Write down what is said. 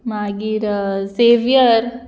मागीर झेवियर